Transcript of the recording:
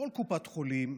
כל קופת חולים,